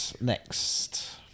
next